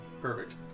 Perfect